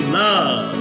love